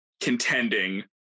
contending